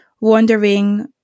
wondering